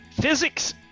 Physics